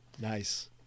Nice